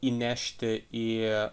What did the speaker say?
įnešti į